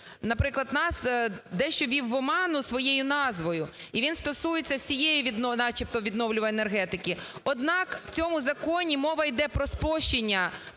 наприклад, нас дещо ввів в оману своєю назвою. І він стосується всієї, начебто, відновлювальної енергетики. Однак, в цьому законі мова йде про спрощення